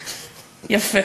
יפה.